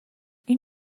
این